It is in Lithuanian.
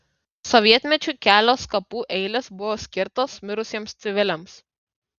sovietmečiu kelios kapų eilės buvo skirtos mirusiems civiliams